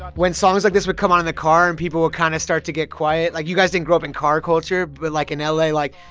when songs like this would come on in the car, and people would kind of start to get quiet like, you guys didn't grow up in car culture. but, like, in ah la, like,